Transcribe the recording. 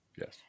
Yes